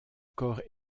corps